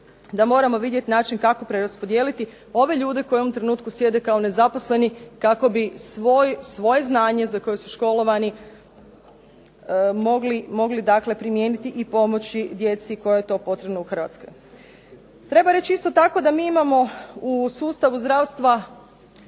da moramo vidjeti način kako preraspodijeliti ove ljude koji u ovom trenutku sjede kao nezaposleni kako bi svoje znanje za koje su školovani mogli primijeniti i pomoći djeci kojoj je to potrebno u Hrvatskoj. Treba reći isto tako da mi imamo u sustavu zdravstva